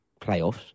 playoffs